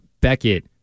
Beckett